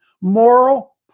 Moral